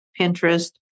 Pinterest